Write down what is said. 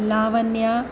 Lavanya